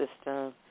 system